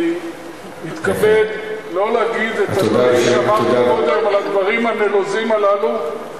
אני מתכבד לא להגיד את הדברים שאמרתי קודם על הדברים הנלוזים הללו,